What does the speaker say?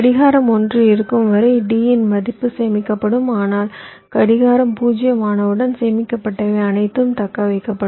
கடிகாரம் 1 இருக்கும் வரை D இன் மதிப்பு சேமிக்கப்படும் ஆனால் கடிகாரம் 0 ஆனவுடன் சேமிக்கப்பட்டவை அனைத்தும் தக்கவைக்கப்படும்